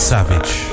Savage